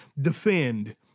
defend